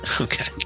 Okay